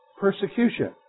Persecution